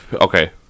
Okay